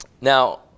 Now